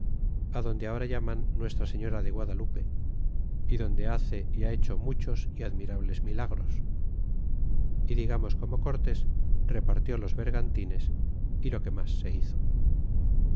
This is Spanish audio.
tepeaquilla adonde ahora llaman nuestra señora de guadalupe donde hace y ha hecho muchos y admirables milagros e digamos como cortes repartió los bergantines y lo que mas se hizo